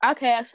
Okay